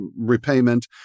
repayment